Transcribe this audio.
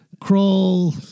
crawl